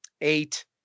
eight